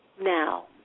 Now